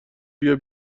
بیا